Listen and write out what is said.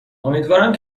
امیدوارم